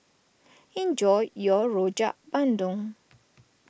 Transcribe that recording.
enjoy your Rojak Bandung